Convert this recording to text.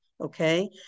okay